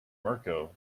mirco